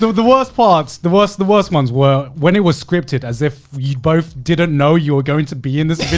so the worst parts, the worst the worst ones were when it was scripted, as if you both didn't know you were going to be in this video.